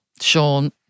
Sean